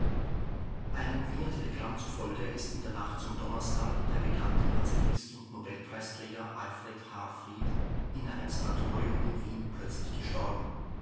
einem wiener telegramm zufolge ist in der nacht zum donnerstag der bekannte pazifist und nobel-preisträger alfred h fried in einem sanatorium in wien plötzlich gestorben